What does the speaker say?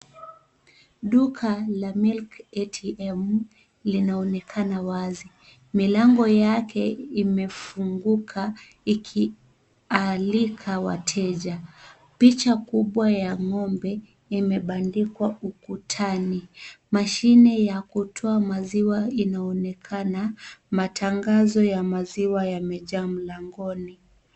Duka la milk atm linaonekana wazi milango yake imefunguka ikialika wateja. Picha kubwa ya ng'ombe imebandikwa ukutani. Mashine ya kutoa maziwa inaonekana, matangazo ya maziwa yamejaa mlangoni.